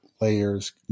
layers